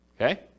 Okay